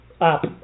up